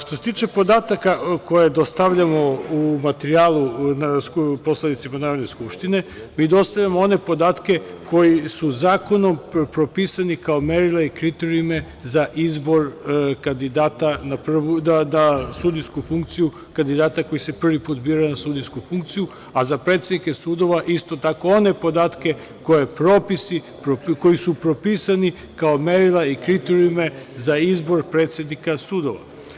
Što se tiče podataka koje dostavljamo u materijalu poslanicima Narodne skupštine, mi dostavljamo one podatke koje su zakonom propisane kao merilo i kriterijum za izbor kandidata koji se prvi put biraju za sudijsku funkciju, a za predsednike sudova isto tako one podatke koji su propisani kao merilo i kriterijumi za izbor predsednika sudova.